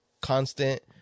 constant